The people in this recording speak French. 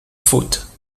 faute